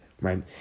right